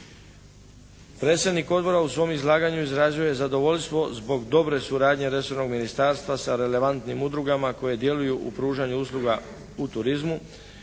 Predsjednik odbora u svom izlaganju je izrazio zadovoljstvo zbog dobre suradnje resornog ministarstva sa relevantnim udrugama koje djeluju u pružanju usluga u turizmu,